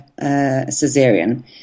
caesarean